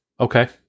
Okay